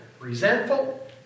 resentful